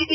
T